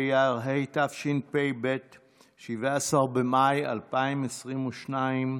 ט"ז באייר התשפ"ב (17 במאי 2022)